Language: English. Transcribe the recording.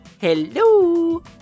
Hello